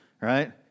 Right